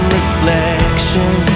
reflection